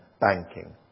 banking